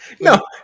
No